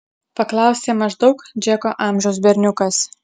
paklausė maždaug džeko amžiaus berniukas